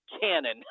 cannon